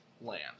land